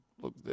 look